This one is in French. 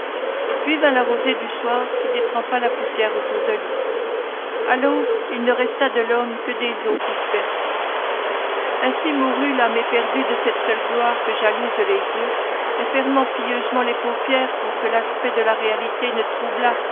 puis vint la rosée du soir qui détrempa la poussière autour de lui à l'aube il ne resta de l'homme que des os dispersés ainsi mourut l'âme éperdue de cette seule gloire que jalousent les dieux et fermant pieusement les paupières pour que l'aspect de la réalité ne